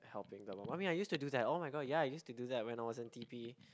helping them but I mean I used to do that [oh]-my-god ya I used to do that when I was in T_P